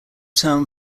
term